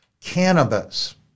cannabis